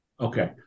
Okay